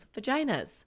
vaginas